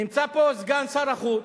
נמצא פה סגן שר החוץ.